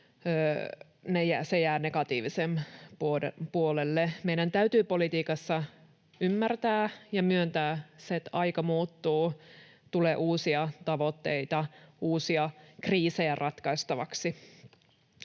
jää negatiivisen puolelle. Meidän täytyy politiikassa ymmärtää ja myöntää, että aika muuttuu ja tulee uusia tavoitteita ja uusia kriisejä ratkaistavaksi.